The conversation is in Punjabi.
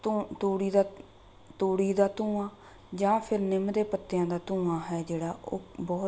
ਤੂੰ ਤੂੜੀ ਦਾ ਤੂੜੀ ਦਾ ਧੂੰਆਂ ਜਾਂ ਫਿਰ ਨਿੰਮ ਦੇ ਪੱਤਿਆਂ ਦਾ ਧੂੰਆਂ ਹੈ ਜਿਹੜਾ ਉਹ ਬਹੁਤ